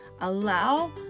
allow